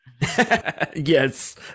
yes